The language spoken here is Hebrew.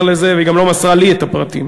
לזה והיא גם לא מסרה לי את הפרטים.